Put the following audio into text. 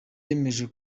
yemeje